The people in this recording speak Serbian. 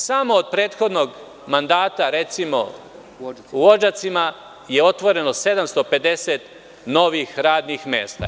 Samo od prethodnog mandata, recimo u Odžacima je otvoreno 750 novih radnih mesta.